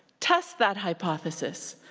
test that hypothesis,